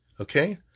Okay